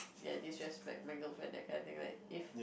ya this is just my girlfriend that kind of thing right if